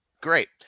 Great